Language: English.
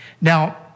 Now